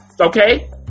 Okay